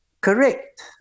Correct